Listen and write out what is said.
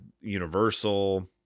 Universal